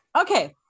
Okay